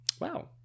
Wow